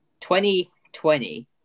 2020